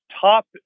top